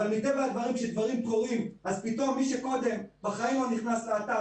אבל מטבע הדברים כשדברים קורים אז פתאום מי שקודם בחיים לא נכנס לאתר,